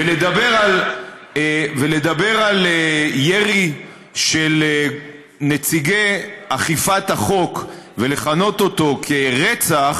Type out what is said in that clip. ולדבר על ירי של נציגי אכיפת החוק ולכנות אותו רצח,